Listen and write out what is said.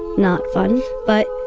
not fun. but,